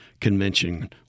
Convention